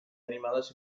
animados